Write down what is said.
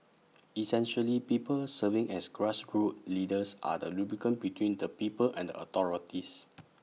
essentially people serving as grassroots leaders are the lubricant between the people and the authorities